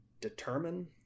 determine